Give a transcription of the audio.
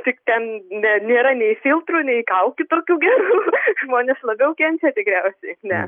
tik ten nėra nei filtrų nei kaukių tokių gerų žmonės labiau kenčia tikriausiai ne